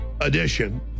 edition